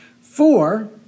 Four